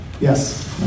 yes